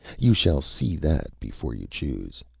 you shall see that, before you choose.